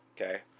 Okay